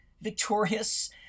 victorious